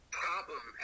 problem